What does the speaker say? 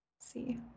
see